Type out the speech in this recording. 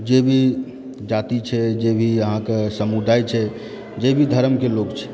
जे भी जाति छै जे भी अहाँके समुदाय छै जे भी धर्मके लोग छै